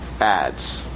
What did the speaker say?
ads